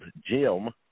Jim